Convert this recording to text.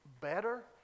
better